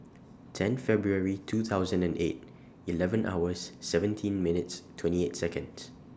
ten February two thousand and eight eleven hours seventeen minutes twenty eight Seconds